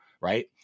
Right